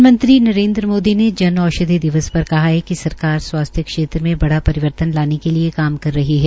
प्रधानमंत्री नरेन्द्र मोदी ने जन औषधि दिवस पर कहा है कि सरकार स्वास्थ्य क्षेत्र में बड़ा परिवर्तन लाने के लिये काम कर रही है